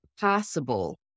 possible